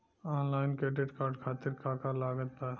Online credit card खातिर का का लागत बा?